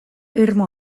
irmo